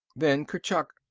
then kurchuk,